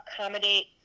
accommodate